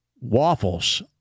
Waffles